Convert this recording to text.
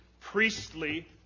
priestly